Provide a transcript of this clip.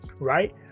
right